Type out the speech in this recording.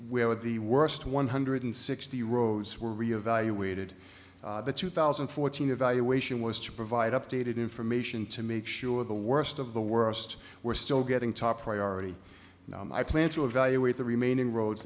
where the worst one hundred sixty rows were reevaluated the two thousand and fourteen evaluation was to provide updated information to make sure the worst of the worst were still getting top priority i plan to evaluate the remaining roads